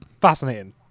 Fascinating